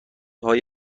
های